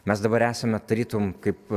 mes dabar esame tarytum kaip